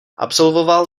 absolvoval